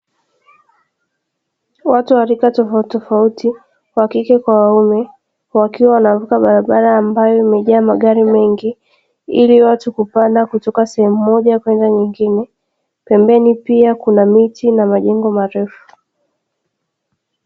Watu watatu tofautitofauti wakike na wakiume wakiwa wanavuka barabara kuelekea pengine kukiwa pembeni kuna majengo marefu